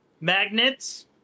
magnets